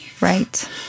Right